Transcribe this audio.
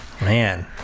man